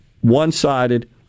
one-sided